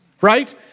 right